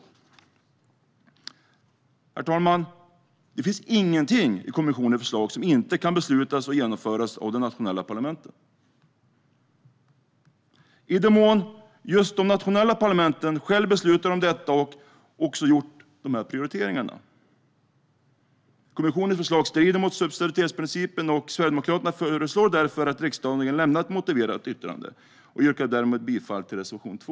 Herr talman! Det finns ingenting i kommissionens förslag som inte kan beslutas och genomföras av de nationella parlamenten i den mån de nationella parlamenten själva beslutat om detta och gjort dessa prioriteringar. Kommissionens förslag strider mot subsidiaritetsprincipen. Sverigedemokraterna föreslår därför att riksdagen lämnar ett motiverat yttrande. Jag yrkar bifall till reservation 2.